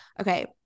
Okay